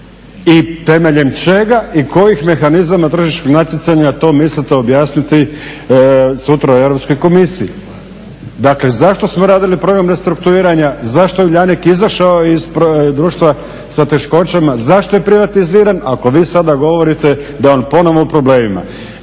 I temeljem čeka i kojih mehanizama tržišnog natjecanja to mislite objasniti sutra u Europskoj komisiji? Dakle zašto smo radili program restrukturiranja, zašto je Uljanik izašao iz društva sa teškoćama, zašto je privatiziran ako vi sada govorite da je on ponovo u problemima?